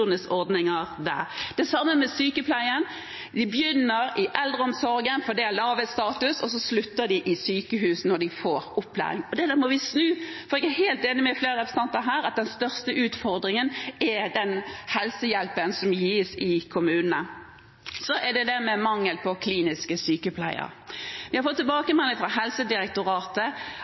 der. Det samme gjelder sykepleien. De begynner i eldreomsorgen, for det er lavest status. Så slutter de i sykehus når de får opplæring. Dette må vi snu, for jeg er helt enig med flere representanter her om at den største utfordringen er den helsehjelpen som gis i kommunene. Så er det det med mangel på kliniske sykepleiere. Vi har fått tilbakemeldinger fra Helsedirektoratet